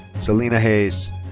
selina hays.